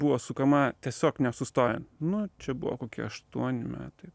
buvo sukama tiesiog nesustojant nu čia buvo kokie aštuoni metai